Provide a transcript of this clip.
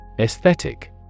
Aesthetic